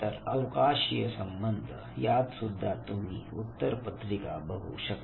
नंतर अवकाशीय संबंध यात सुद्धा तुम्ही उत्तर पत्रिका बघू शकता